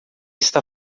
está